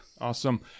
Awesome